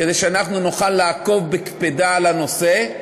כדי שאנחנו נוכל לעקוב בקפידה על הנושא.